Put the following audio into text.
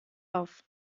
auf